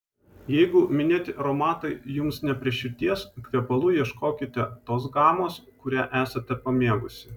jeigu minėti aromatai jums ne prie širdies kvepalų ieškokite tos gamos kurią esate pamėgusi